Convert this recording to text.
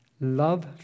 love